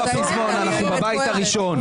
זה לא הפזמון, אנחנו בבית הראשון.